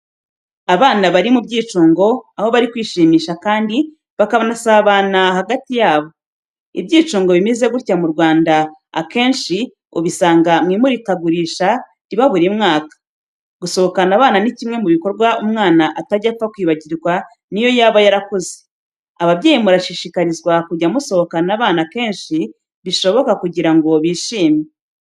Abana bari mu byicungo, aho bari kwishimisha kandi bakanasabana hagati yabo. Ibyicungo bimeze gutya mu Rwanda akenshi ubisanga mu imurikagurisha riba buri mwaka. Gusohokana abana ni kimwe mu bikorwa umwana atajya apfa kwibagirwa niyo yaba yarakuze. Ababyeyi murashishikarizwa kujya musohokana abana kenshi bishoboka kugira ngo bishime.